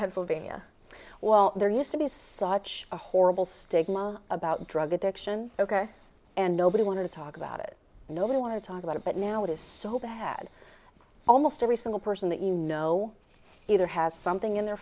pennsylvania well there used to be is such a horrible stigma about drug addiction and nobody wanted to talk about it nobody wanted to talk about it but now it is so bad almost every single person that you know either has something in their